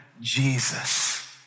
Jesus